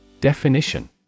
Definition